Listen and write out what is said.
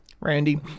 Randy